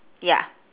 ya